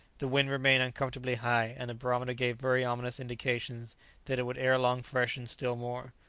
the wind remained uncomfortably high, and the barometer gave very ominous indications that it would ere long freshen still more.